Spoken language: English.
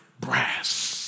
brass